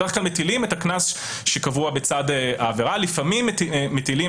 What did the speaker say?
בדרך כלל מטילים את הקנס שקבוע בצד העבירה ולפעמים מטילים